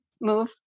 move